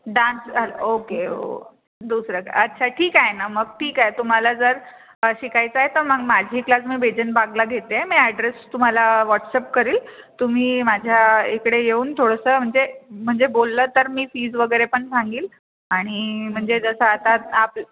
dance okay ओ दुसरं का अच्छा ठीक आहे ना मग ठीक आहे तुम्हाला जर शिकायचं आहे तर मग माझी क्लास मी बागला घेते मी ॲड्रेस तुम्हाला व्हॉट्सअप करेल तुम्ही माझ्या इकडे येऊन थोडंसं म्हणजे म्हणजे बोललं तर मी फीज वगैरे पण सांगेल आणि म्हणजे जसं आता आप